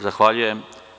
Zahvaljujem.